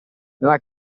nella